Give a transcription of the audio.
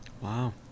Wow